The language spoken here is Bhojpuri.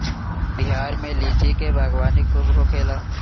बिहार में लीची के बागवानी खूब होखेला